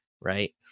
Right